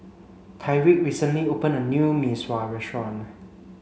Tyrique recently opened a new Mee Sua restaurant